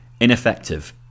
Ineffective